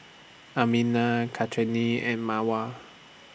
Aminah Kartini and Mawar